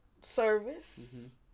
service